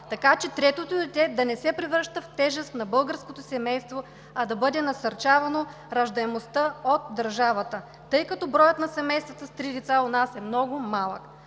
така че третото дете да не се превръща в тежест на българското семейство, а да бъде насърчавана раждаемостта от държавата, тъй като броят на семействата с три деца у нас е много малък.